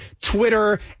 Twitter